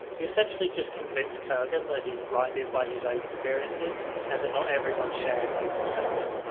you essentially just convince kerghan that he's blinded by his own experiences and that not everyone shares his perspective.